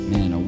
Man